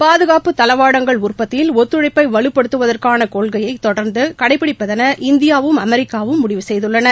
பாதுகாப்புத் தளவாடங்கள் உற்பத்தியில் ஒத்துழைப்பைவலுப்படுத்துவதற்கானகொள்கையைதொடர்ந்துகடைபிடிப்பதென இந்தியாவும் அமெரிக்காவும் முடிவு செய்துள்ளன